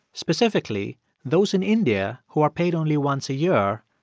specifically those in india who are paid only once a year,